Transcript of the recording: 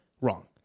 wrong